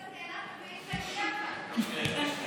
אנחנו בזה ביחד.